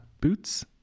boots